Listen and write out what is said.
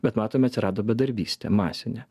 bet matome atsirado bedarbystė masinė